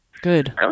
Good